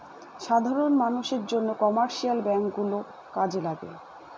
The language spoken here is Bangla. সাধারন মানষের জন্য কমার্শিয়াল ব্যাঙ্ক গুলো কাজে লাগে